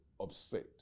upset